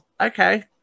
okay